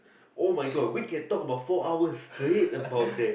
oh my god we can talk about four hours straight about that